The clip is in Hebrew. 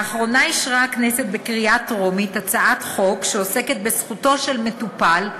לאחרונה אישרה הכנסת בקריאה טרומית הצעת חוק שעוסקת בזכותו של מטופל,